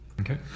Okay